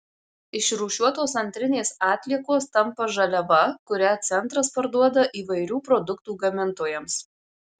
išrūšiuotos antrinės atliekos tampa žaliava kurią centras parduoda įvairių produktų gamintojams